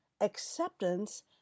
acceptance